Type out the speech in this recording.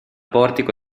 portico